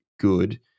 good